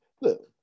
Look